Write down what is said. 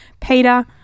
peter